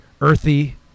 earthy